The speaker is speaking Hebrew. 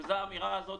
והאמירה הזאת,